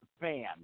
fan